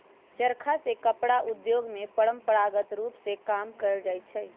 चरखा से कपड़ा उद्योग में परंपरागत रूप में काम कएल जाइ छै